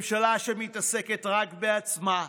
ממשלה שמתעסקת רק בעצמה,